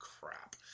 crap